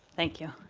thank you,